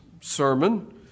sermon